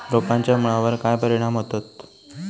रोपांच्या मुळावर काय परिणाम होतत?